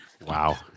Wow